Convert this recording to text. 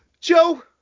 Joe